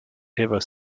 ever